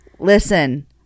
Listen